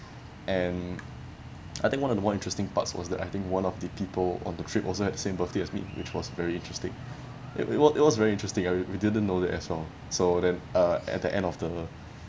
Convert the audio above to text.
and I think one of the more interesting parts was the I think one of the people on the trip also had the same birthday as me which was very interesting it was it was very interesting we didn't know that at all so then uh at the end of the